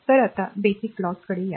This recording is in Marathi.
तर आता बेसिक कायद्यांकडे या